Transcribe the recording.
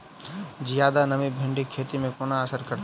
जियादा नमी भिंडीक खेती केँ कोना असर करतै?